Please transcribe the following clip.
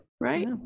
right